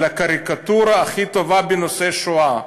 הקריקטורה הכי טובה בנושא השואה,